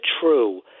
true